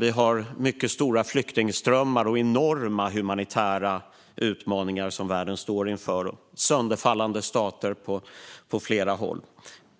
Vi har mycket stora flyktingströmmar och enorma humanitära utmaningar som världen står inför. Det finns sönderfallande stater på flera håll.